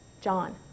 John